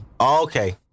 okay